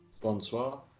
Bonsoir